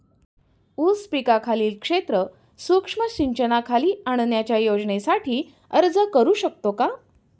ऊस पिकाखालील क्षेत्र सूक्ष्म सिंचनाखाली आणण्याच्या योजनेसाठी अर्ज करू शकतो का?